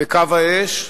בקו האש.